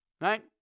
right